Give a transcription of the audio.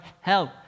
help